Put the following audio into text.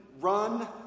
run